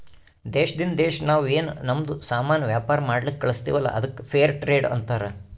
ದೇಶದಿಂದ್ ದೇಶಾ ನಾವ್ ಏನ್ ನಮ್ದು ಸಾಮಾನ್ ವ್ಯಾಪಾರ ಮಾಡ್ಲಕ್ ಕಳುಸ್ತಿವಲ್ಲ ಅದ್ದುಕ್ ಫೇರ್ ಟ್ರೇಡ್ ಅಂತಾರ